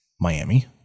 Miami